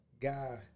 Guy